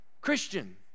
Christian